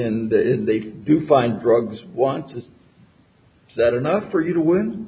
and they do find drugs want to see that enough for you to win